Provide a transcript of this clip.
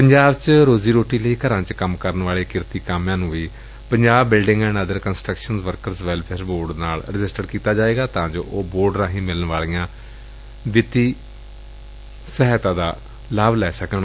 ਪੰਜਾਬ ਵਿੱਚ ਰੋਜ਼ੀ ਰੋਟੀ ਲਈ ਘਰਾਂ ਚ ਕੰਮ ਕਰਨ ਵਾਲੇ ਕਿਰਤੀ ਕਾਮਿਆਂ ਨੂੰ ਵੀ Punjab building and other construction workers welfare board ਨਾਲ ਰਜਿਸਟਰਡ ਕੀਤਾ ਜਾਵੇਗਾ ਤਾਂ ਜੋ ਉਹ ਬੋਰਡ ਰਾਹੀ ਮਿਲਣ ਵਾਲੇ ਵਿੱਤੀ ਲਾਭ ਲੈ ਸਕਣ